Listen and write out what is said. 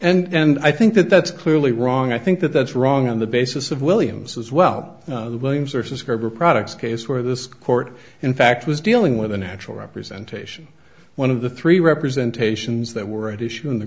such and i think that that's clearly wrong i think that that's wrong on the basis of williams as well williams or scarboro products case where this court in fact was dealing with a natural representation one of the three representation is that we're at issue in the